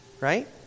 right